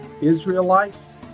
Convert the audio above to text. Israelites